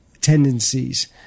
tendencies